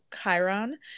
Chiron